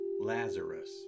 Lazarus